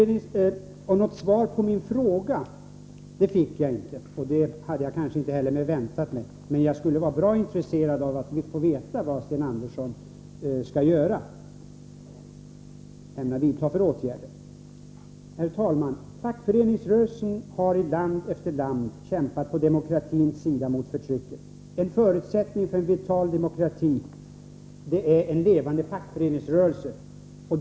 Något svar på min fråga fick jag inte, och det hade jag kanske inte väntat mig. Men jag är mycket intresserad av att få veta vilka åtgärder Sten Andersson ämnar vidta. Herr talman! Fackföreningsrörelsen har i land efter land kämpat på demokratins sida mot förtrycket. En förutsättning för en vital demokrati är en levande fackföreningsrörelse.